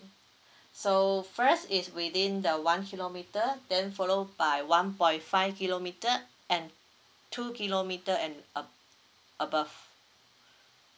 so first is within the one kilometre then follow by one point five kilometre and two kilometre and ab~ above